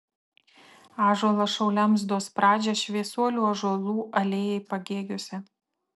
ąžuolas šauliams duos pradžią šviesuolių ąžuolų alėjai pagėgiuose